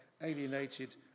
alienated